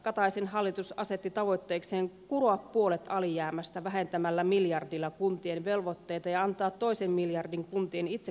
kataisen hallitus asetti tavoitteekseen kuroa puolet alijäämästä vähentämällä miljardilla kuntien velvoitteita ja antamalla toisen miljardin kuntien itse karsittavaksi